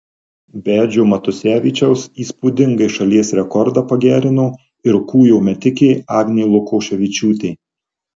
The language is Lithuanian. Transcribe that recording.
be edžio matusevičiaus įspūdingai šalies rekordą pagerino ir kūjo metikė agnė lukoševičiūtė